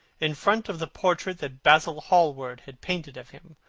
in front of the portrait that basil hallward had painted of him,